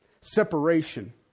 Separation